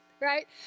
right